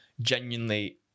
genuinely